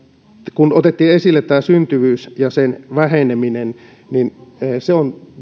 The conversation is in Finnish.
kun otettiin esille tämä syntyvyys ja sen väheneminen se on